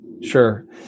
sure